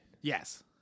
Yes